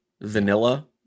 vanilla